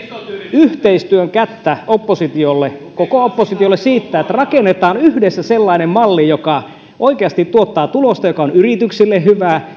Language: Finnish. yhteistyön kättä oppositiolle koko oppositiolle rakennetaan yhdessä sellainen malli joka oikeasti tuottaa tulosta ja joka on yrityksille